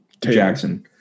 Jackson